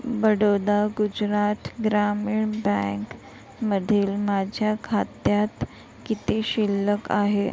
Baroda Gujarat Gramin bank मधील माझ्या खात्यात किती शिल्लक आहे